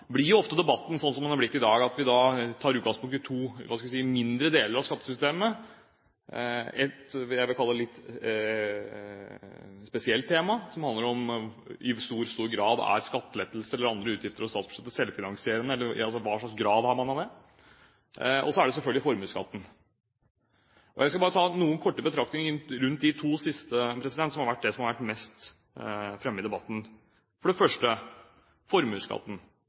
blir jo ofte debatten sånn som den har blitt i dag, at vi tar utgangspunkt i to – hva skal vi si – mindre deler av skattesystemet: Det ene er det jeg vil kalle et litt spesielt tema som i stor grad handler om om skattelettelser eller andre utgifter over statsbudsjettet er selvfinansierende, altså i hva slags grad man har det – og så er det selvfølgelig formuesskatten. Jeg skal bare ta noen korte betraktninger rundt de to siste som har vært mest fremme i debatten. For det første, formuesskatten: